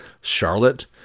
Charlotte